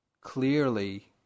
clearly